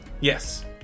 Yes